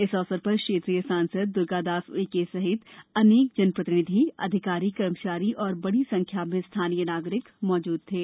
इस अवसर पर क्षेत्रीय सांसद दुर्गादास उइके सहित अनेक जनप्रतिनिधि अधिकारी कर्मचारी और बढ़ी संख्या में स्थानीय नागरिक उपस्थित थे